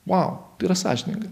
vau tai yra sąžininga